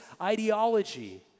ideology